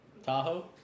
Tahoe